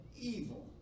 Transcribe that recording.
evil